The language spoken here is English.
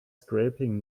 scraping